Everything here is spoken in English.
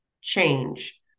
change